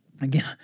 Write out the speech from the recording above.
again